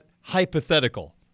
hypothetical